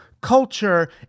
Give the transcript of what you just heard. Culture